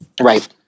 Right